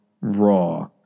raw